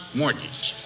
mortgage